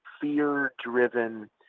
fear-driven